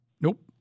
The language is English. Nope